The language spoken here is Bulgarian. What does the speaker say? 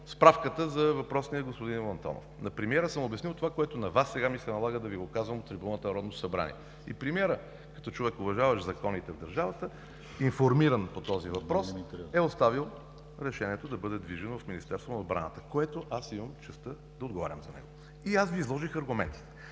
справката за въпросния господин Иво Антонов. На премиера съм обяснил това, което сега на Вас ми се налага да Ви го казвам от трибуната на Народното събрание. Премиерът като човек, уважаващ законите в държавата, информиран по този въпрос, е оставил решението да бъде движено в Министерството на отбраната, за което аз имам честта да отговарям. И аз Ви изложих аргументите.